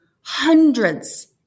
hundreds